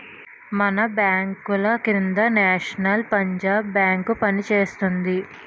మన బాంకుల కింద నేషనల్ పంజాబ్ బేంకు పనిచేస్తోంది